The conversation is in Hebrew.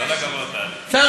כל הכבוד, טלי.